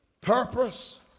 Purpose